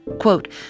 quote